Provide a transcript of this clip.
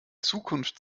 zukunft